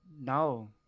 No